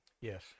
Yes